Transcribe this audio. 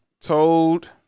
told